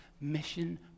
mission